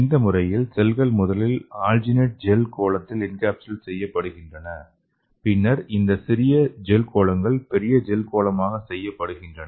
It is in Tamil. இந்த முறையில் செல்கள் முதலில் ஆல்ஜினேட் ஜெல் கோளத்தில் என்கேப்சுலேட் செய்யப்படுகின்றன பின்னர் இந்த சிறிய ஜெல் கோளங்கள் பெரிய ஜெல் கோளமாக செய்யப்படுகின்றன